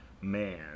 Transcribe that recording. man